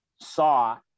saw